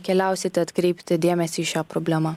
keliausite atkreipti dėmesį į šią problemą